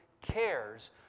cares